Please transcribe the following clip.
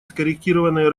скорректированное